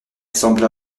sembla